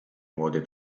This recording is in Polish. młody